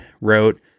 wrote